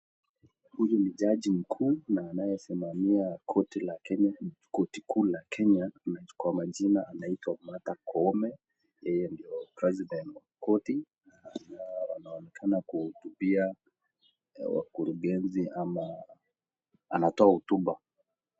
Huyu ni jaji mkuu na anayesimamia koti la Kenya koti kuu la Kenya kwa majina anaitwa Martha Koome yeye ndio president of koti anaonekana kuwahutubia wakurugenzi ama anaonekana kutoa hotuba.